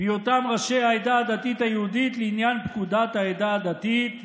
"בהיותם ראשי העדה הדתית היהודית לענין פקודת העדה הדתית (המרה)".